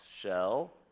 shell